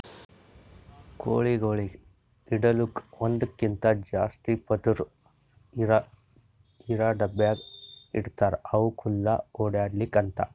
ಕೋಳಿಗೊಳಿಗ್ ಇಡಲುಕ್ ಒಂದಕ್ಕಿಂತ ಜಾಸ್ತಿ ಪದುರ್ ಇರಾ ಡಬ್ಯಾಗ್ ಇಡ್ತಾರ್ ಅವು ಖುಲ್ಲಾ ಓಡ್ಯಾಡ್ಲಿ ಅಂತ